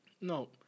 No